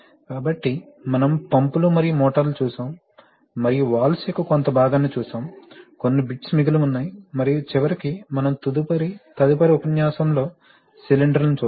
కాబట్టి మనము పంపులు మరియు మోటార్లు చూశాము మరియు వాల్వ్ యొక్క కొంత భాగాన్ని చూశాము కొన్ని బిట్స్ మిగిలి ఉన్నాయి మరియు చివరికి మనము తదుపరి ఉపన్యాసంలో సిలిండర్లను చూస్తాము